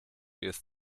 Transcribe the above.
jest